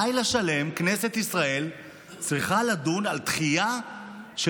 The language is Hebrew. לילה שלם כנסת ישראל צריכה לדון על דחייה של